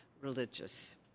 religious